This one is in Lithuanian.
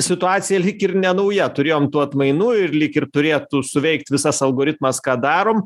situacija lyg ir nenauja turėjom tų atmainų ir lyg ir turėtų suveikt visas algoritmas ką darom